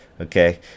okay